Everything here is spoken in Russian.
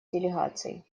делегаций